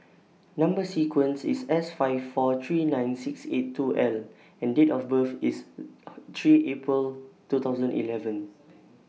Number sequence IS S five four three nine six eight two L and Date of birth IS three April two thousand eleven